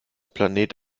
planet